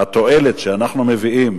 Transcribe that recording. והתועלת שאנחנו מביאים,